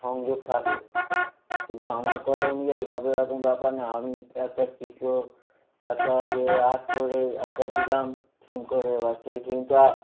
সংযোগ থাকে তা শুধু আমার কথা অনুযায়ী হবে এরকম ব্যাপার না আমি একটা চিত্র একটা ইয়ে আর্ট করে একটা দিলাম থিম করে এবার সেই থিমটা